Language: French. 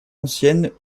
ancienne